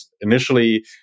initially